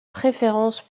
préférence